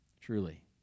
Truly